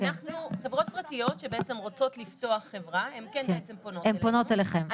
חברות פרטיות שבעצם רוצות לפתוח חברה הן כן פונות אלינו.